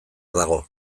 dago